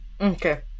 Okay